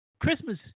Christmas